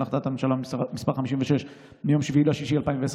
להחלטת הממשלה מס' 56 מיום 7 ביוני 2020,